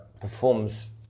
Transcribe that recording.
Performs